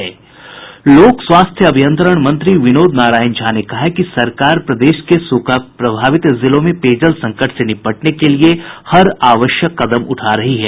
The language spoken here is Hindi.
लोक स्वास्थ्य अभियंत्रण मंत्री विनोद नारायण झा ने कहा है कि सरकार प्रदेश के सुखा प्रभावित जिलों में पेयजल संकट से निपटने के लिए हर आवश्यक कदम उठा रही है